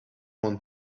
want